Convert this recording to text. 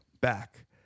back